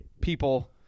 people